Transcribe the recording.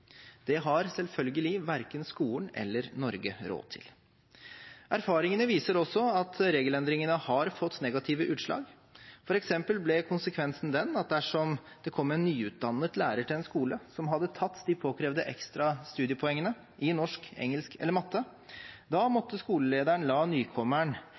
Det har selvfølgelig verken skolen eller Norge råd til. Erfaringene viser også at regelendringene har fått negative utslag. For eksempel ble konsekvensen den at dersom det kom en nydannet lærer til en skole som hadde tatt de påkrevde ekstra studiepoengene i norsk, engelsk eller matte, måtte skolelederen la nykommeren